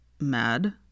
mad